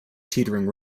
teetering